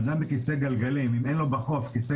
אדם עם כיסא גלגלים אם אין לו בחף כיסא